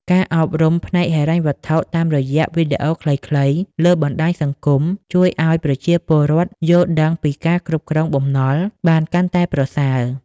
ការអប់រំផ្នែកហិរញ្ញវត្ថុតាមរយៈវីដេអូខ្លីៗលើបណ្ដាញសង្គម ជួយឱ្យប្រជាពលរដ្ឋយល់ដឹងពីការគ្រប់គ្រងបំណុលបានកាន់តែប្រសើរ។